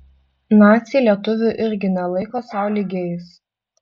naciai lietuvių irgi nelaiko sau lygiais